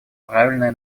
правильное